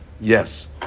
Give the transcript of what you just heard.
yes